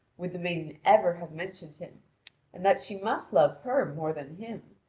would the maiden ever have mentioned him and that she must love her more than him,